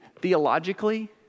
Theologically